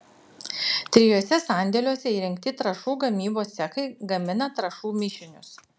trijuose sandėliuose įrengti trąšų gamybos cechai gamina trąšų mišinius